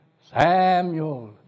Samuel